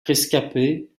rescapés